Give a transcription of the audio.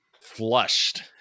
Flushed